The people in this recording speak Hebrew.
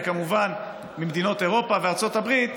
וכמובן ממדינות אירופה וארצות הברית,